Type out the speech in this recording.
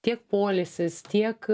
tiek poilsis tiek